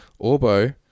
Orbo